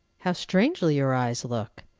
how strangely your eyes look!